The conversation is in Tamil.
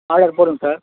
ஆர்டர் போடுங்க சார்